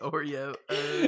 Oreo